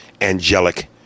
angelic